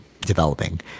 developing